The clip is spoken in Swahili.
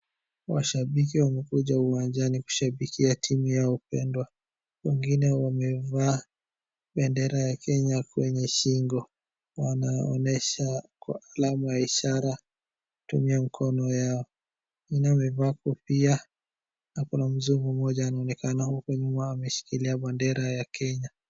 Washabiki wamekuja uwanjani kushabikia timu yao pendwa, wengine wamevaa bendera ya Kenya kwenye shingo, wanaonyesha alama ya ishara ktumumia mikono yao, wengine wamevaa kofia, na kuna mzungu mmoja anaonekana huko nyuma ameshikilia bendera ya Kenya.